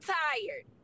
tired